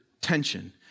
tension